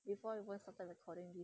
before you even started recording you